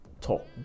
talk